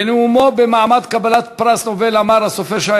בנאומו במעמד קבלת פרס נובל אמר הסופר ש"י